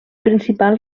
principal